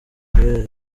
akorera